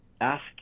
ask